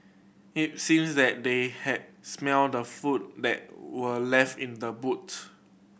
it seemed that they had smelt the food that were left in the boot